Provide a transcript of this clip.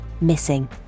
Missing